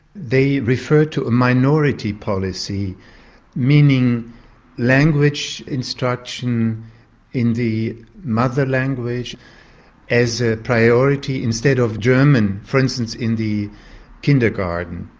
they refer to a minority policy meaning language instruction in the mother language as a priority instead of german, for instance in the kindergarten.